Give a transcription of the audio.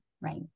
right